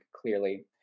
clearly